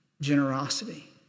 generosity